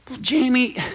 Jamie